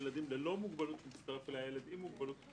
ילדים ללא מוגבלות שמצטרף אליה ילד עם מוגבלות.